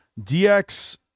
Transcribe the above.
dx